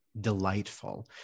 delightful